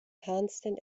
constant